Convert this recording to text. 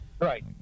Right